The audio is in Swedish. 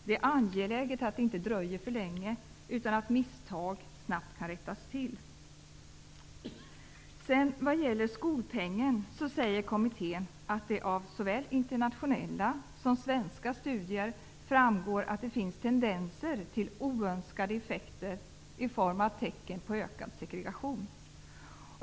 Det är angeläget att det inte dröjer för länge, utan misstag måste snabbt rättas till. Vad gäller skolpengen säger kommittén att det av såväl internationella som svenska studier framgår att det finns tendenser till oönskade effekter i form av tecken på ökad segregation.